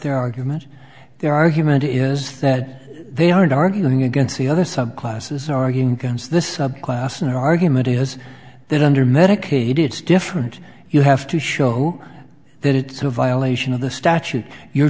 their argument their argument is that they aren't arguing against the other some classes are incomes the subclassing argument is that under medicaid it's different you have to show that it's a violation of the statute your